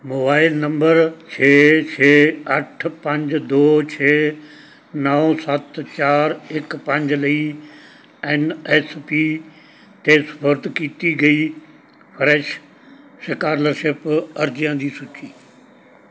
mobile number ਛੇ ਛੇ ਅੱਠ ਪੰਜ ਦੋ ਛੇ ਨੌਂ ਸੱਤ ਚਾਰ ਇੱਕ ਪੰਜ ਲਈ ਐਨ ਐਸ ਪੀ 'ਤੇ ਸਪੁਰਦ ਕੀਤੀ ਗਈ ਫਰੈਸ਼ ਸਕਾਲਰਸ਼ਿਪ ਅਰਜ਼ੀਆਂ ਦੀ ਸੂਚੀ